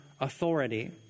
authority